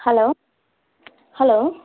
hello hello